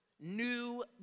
New